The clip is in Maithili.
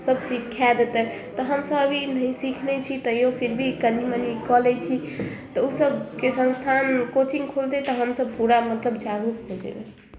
सभ सिखाए देतै तऽ हमसभ अभी नहि सिखने छी तैओ फिर भी कनि मनि कऽ लैत छी तऽ ओ सभके संस्थान कोचिंग खुलतै तऽ हमसभ पूरा मतलब जागरुक हो जयबै